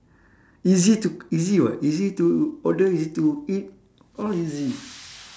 easy to easy [what] easy to order easy to eat all easy